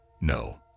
no